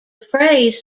phrase